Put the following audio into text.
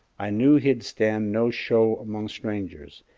i knew he'd stand no show among strangers,